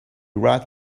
right